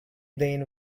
then